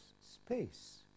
space